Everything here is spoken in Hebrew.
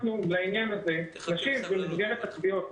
לעניין הזה במסגרת התביעות,